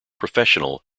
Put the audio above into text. professional